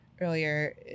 earlier